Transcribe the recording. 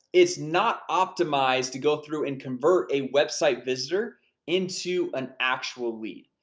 it's not optimize to go through and convert a website visitor into an actual lead.